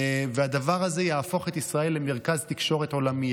הדבר הזה יהפוך את ישראל למרכז תקשורת עולמי.